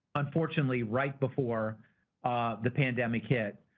unfortunately, right before the pandemic hit,